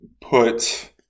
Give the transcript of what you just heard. put